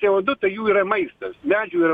c o du tai jų yra maistas medžių ir